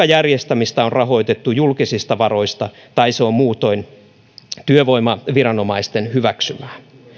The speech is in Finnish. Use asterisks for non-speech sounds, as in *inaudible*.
*unintelligible* järjestämistä on rahoitettu julkisista varoista tai jotka ovat muutoin työvoimaviranomaisten hyväksymiä